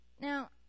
Now